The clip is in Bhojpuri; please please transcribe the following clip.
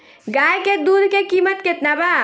गाय के दूध के कीमत केतना बा?